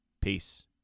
peace